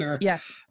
Yes